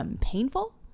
painful